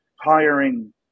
hiring